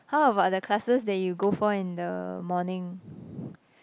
how about the classes that you go for in the morning